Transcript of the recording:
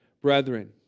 Brethren